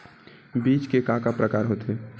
बीज के का का प्रकार होथे?